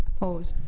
opposed?